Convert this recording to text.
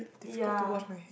ya